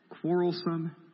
quarrelsome